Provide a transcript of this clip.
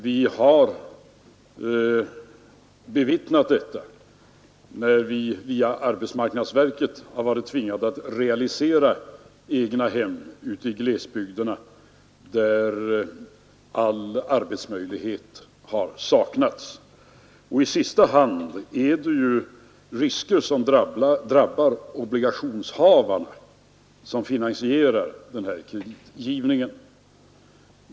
Vi har bevittnat detta, när vi via arbetsmarknadsverket har varit tvingade att realisera egnahem ute i glesbygderna där all arbetsmöjlighet har saknats. I sista hand är det ju risker som drabbar de obligationshavare som finansierar den här kreditgivningen.